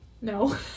No